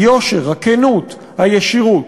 היושר, הכנות, הישירות.